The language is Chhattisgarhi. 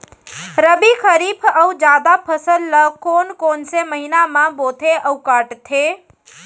रबि, खरीफ अऊ जादा फसल ल कोन कोन से महीना म बोथे अऊ काटते?